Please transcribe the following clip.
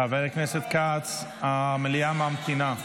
חבר הכנסת כץ, המליאה ממתינה.